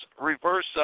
reverse